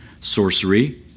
sorcery